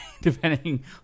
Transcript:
depending